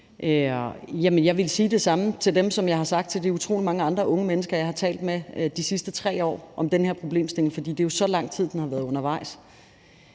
dem, som jeg har sagt til de utrolig mange andre unge mennesker, jeg har talt med de sidste 3 år om den her problemstilling – for det er jo så lang tid, den har været undervejs